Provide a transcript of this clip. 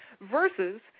Versus